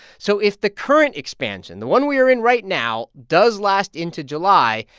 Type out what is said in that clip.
so if the current expansion, the one we are in right now, does last into july,